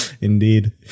Indeed